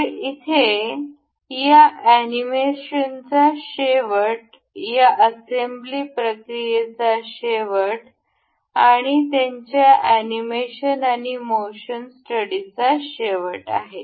तर येथे या अॅनिमेशनचा शेवट या असेंब्ली प्रक्रियेचा शेवट आणि त्यांच्या अॅनिमेशन आणि मोशन स्टडीचा शेवट आहे